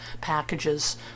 packages